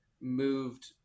moved